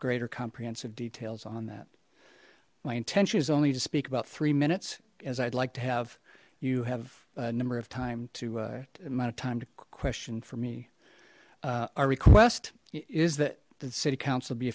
greater comprehensive details on that my intention is only to speak about three minutes as i'd like to have you have a number of time to mount of time to question for me our request is that the city council be